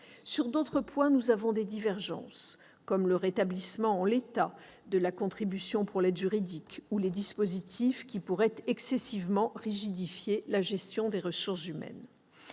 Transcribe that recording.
Sur d'autres points, nous avons des divergences. Je pense au rétablissement en l'état de la contribution pour l'aide juridique ou aux dispositifs qui pourraient rigidifier excessivement la gestion des ressources humaines.